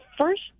first